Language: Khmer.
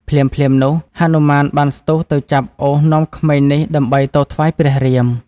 ភ្លាមៗនោះ ហនុមានបានស្ទុះទៅចាប់អូសនាំក្មេងនេះដើម្បីទៅថ្វាយព្រះរាម។